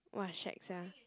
!wah! shag sia